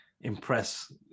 impress